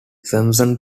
samson